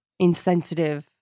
insensitive